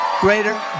greater